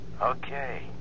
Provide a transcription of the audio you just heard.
Okay